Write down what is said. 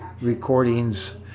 recordings